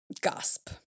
gasp